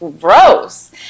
gross